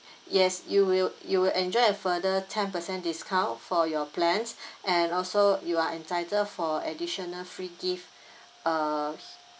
yes you will you will enjoy a further ten percent discount for your plans and also you are entitled for additional free gift uh